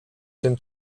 tym